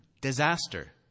disaster